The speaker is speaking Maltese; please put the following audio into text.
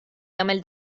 jagħmel